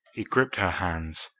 he gripped her hands.